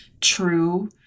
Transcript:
true